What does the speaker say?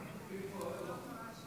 תודה רבה,